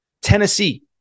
Tennessee